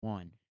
One